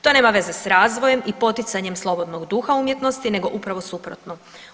To nema veze s razvojem i poticanjem slobodnog duha umjetnosti nego upravo suprotno.